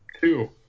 two